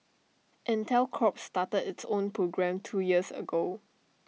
Intel corps started its own program two years ago